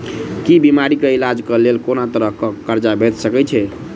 की बीमारी कऽ इलाज कऽ लेल कोनो तरह कऽ कर्जा भेट सकय छई?